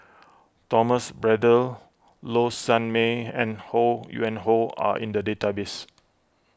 Thomas Braddell Low Sanmay and Ho Yuen Hoe are in the database